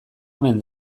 omen